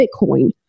Bitcoin